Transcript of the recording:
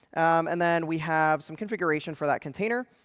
and then we have some configuration for that container.